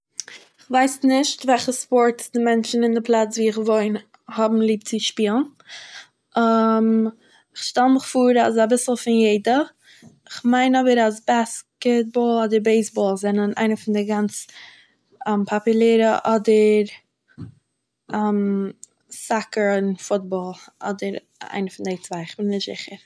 איך ווייס נישט וועלכע ספארטס די מענטשען אין די פלאץ וואו איך וואוין האבן ליב צו שפילן איך שטעל מיך פאר אז אביסל פון יעדער, איך מיין אבער אז בעסקעט–באל אדער בעיס-סאל זענען איינער פון די גאנץ פאפיולער, אדער סאקער און פוט-באל אדער איינער פון דעיע צוויי, כ'בין נישט זיכער.